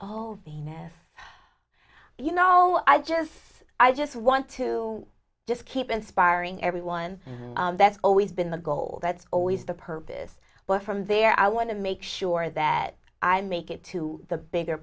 yeah you know i just i just want to just keep inspiring everyone that's always been the goal that's always the purpose but from there i want to make sure that i make it to the bigger